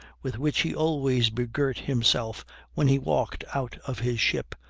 with which he always begirt himself when he walked out of his ship,